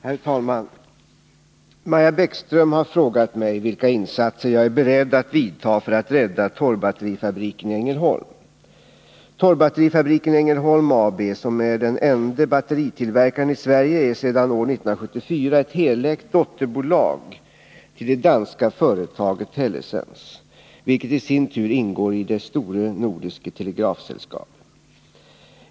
Herr talman! Maja Bäckström har frågat mig vilka insatser jag är beredd att vidta för att rädda Torrbatterifabriken i Ängelholm. Torrbatterifabriken Ängelholm AB, som är den enda batteritillverkaren i Sverige, är sedan år 1974 ett helägt dotterbolag till det danska företaget Hellesens, vilket i sin tur ingår i Det Store Nordiske Telegraf-Selskap.